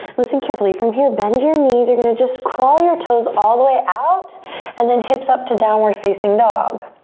listen carefully, from here bend your knees you're gonna just crawl your toes all the way out and then hips up to downward facing dog.